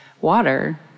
water